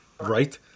Right